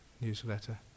newsletter